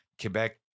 Quebec